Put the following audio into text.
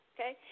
Okay